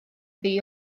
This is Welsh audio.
ddi